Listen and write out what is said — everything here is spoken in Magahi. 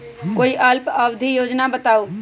कोई अल्प अवधि योजना बताऊ?